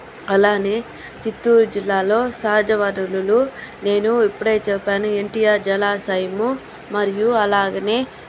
అలాగే చిత్తూరు జిల్లాలో సహజ వనరులు నేను ఇప్పుడే చెప్పాను ఎన్టీఆర్ జలాశయము మరియు అలాగే